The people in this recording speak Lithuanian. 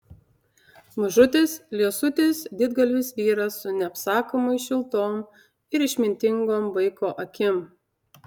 mažutis liesutis didgalvis vyras su neapsakomai šiltom ir išmintingom vaiko akim